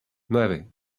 nueve